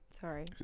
Sorry